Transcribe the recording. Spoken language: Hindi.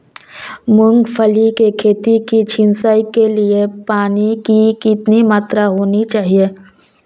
मूंगफली की खेती की सिंचाई के लिए पानी की कितनी मात्रा होनी चाहिए?